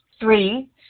Three